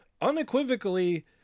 unequivocally